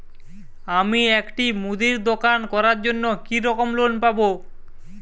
আমি একটি মুদির দোকান করার জন্য কি রকম লোন পাব?